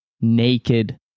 naked